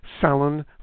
salon